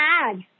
add